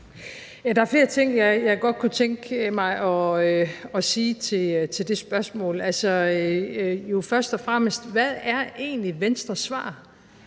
Der er flere ting, som jeg godt kunne tænke mig at svare til det spørgsmål, men jo først og fremmest spørge: Hvad er egentlig Venstres svar